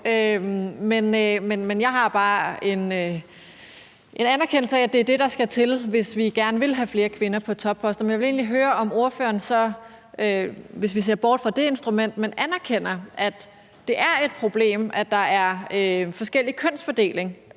men jeg har bare en anerkendelse af, at det er det, der skal til, hvis vi gerne vil have flere kvinder på topposter. Men jeg vil høre, om ordføreren så, hvis vi ser bort fra det instrument, anerkender, at det er et problem, at der er forskellig kønsfordeling,